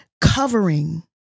covering